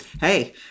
hey